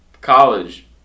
college